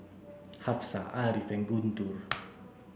Hafsa Ariff Guntur